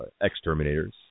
Exterminators